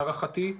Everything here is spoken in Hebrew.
להערכתי,